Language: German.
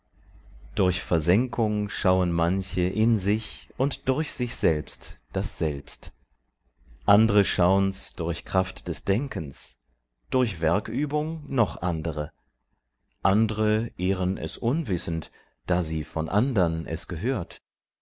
durch versenkung schauen manche in sich und durch sich selbst das selbst andre schaun's durch kraft des denkens durch werkübung noch andere andre ehren es unwissend da sie von andern es gehört